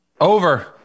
Over